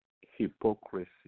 hypocrisy